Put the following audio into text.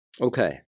Okay